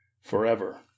forever